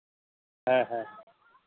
ᱦᱮᱸ ᱦᱮᱸ